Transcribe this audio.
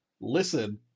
listen